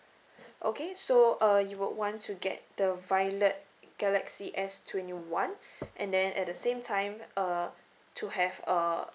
okay so uh you would want to get the violet galaxy S twenty one and then at the same time uh to have a